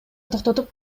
токтотуп